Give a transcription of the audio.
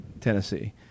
Tennessee